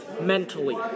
mentally